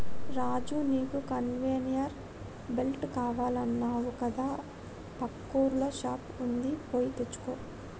రాజు నీకు conveyor belt కావాలన్నావు కదా పక్కూర్ల షాప్ వుంది పోయి తెచ్చుకో